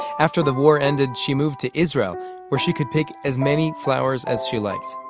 after the war ended, she moved to israel where she could pick as many flowers as she liked.